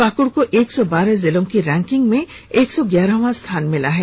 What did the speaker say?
पाकुड़ को एक सौ बारह जिलों की रैंकिंग में एक सौ ग्यारहवां स्थान मिला है